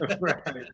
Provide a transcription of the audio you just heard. right